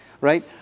right